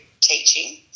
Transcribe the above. teaching